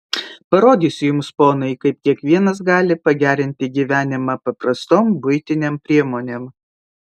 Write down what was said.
parodysiu jums ponai kaip kiekvienas gali pagerinti gyvenimą paprastom buitinėm priemonėm